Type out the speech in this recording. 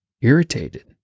irritated